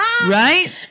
Right